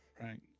right